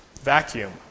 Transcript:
vacuum